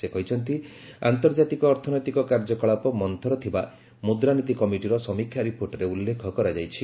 ସେ କହିଛନ୍ତି ଆନ୍ତର୍ଜାତିକ ଅର୍ଥନୈତିକ କାର୍ଯ୍ୟକଳାପ ମନ୍ତର ଥିବା ମୁଦ୍ରାନୀତି କମିଟିର ସମୀକ୍ଷା ରିପୋର୍ଟରେ ଉଲ୍ଲେଖ କରାଯାଇଛି